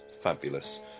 Fabulous